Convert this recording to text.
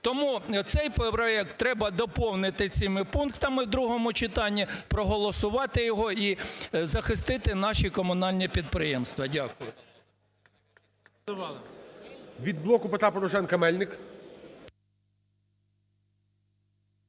Тому цей проект треба доповнити цими пунктами в другому читанні, проголосувати його і захистити наші комунальні підприємства. Дякую.